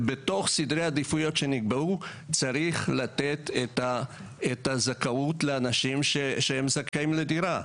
בתוך סדרי העדיפויות שנקבעו צריך לתת את הזכאות לאנשים שזכאים לדירה.